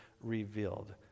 revealed